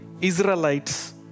Israelites